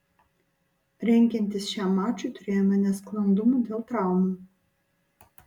rengiantis šiam mačui turėjome nesklandumų dėl traumų